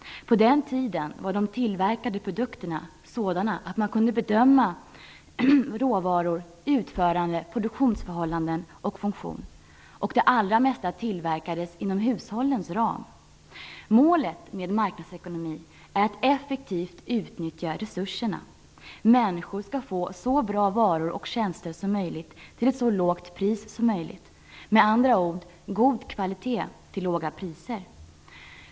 På den tiden var de tillverkade produkterna sådana, att man kunde bedöma råvaror, utförande, produktionsförhållanden och funktion. Det allra mesta tillverkades inom hushållens ram. Målet med marknadsekonomi är att effektivt utnyttja resurserna. Människor skall få så bra varor och tjänster som möjligt till ett så lågt pris som möjligt. Med andra ord skall man få god kvalitet till låga priser.